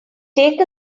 take